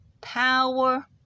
power